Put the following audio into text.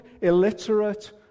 illiterate